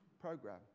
program